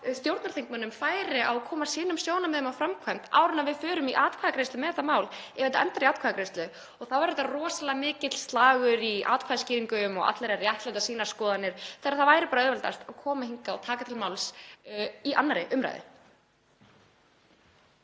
stjórnarþingmönnum færi á að koma sínum sjónarmiðum á framfæri áður en við förum í atkvæðagreiðslu um þetta mál, ef það endar í atkvæðagreiðslu, og þá verður rosalega mikill slagur í atkvæðaskýringum og allir að réttlæta sínar skoðanir þegar það væri bara auðveldast komi hingað og taka til máls í 2. umr.